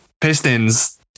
Pistons